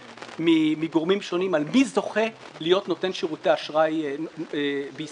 מגורמים שונים על מי זוכה להיות נותן שירותי אשראי בישראל,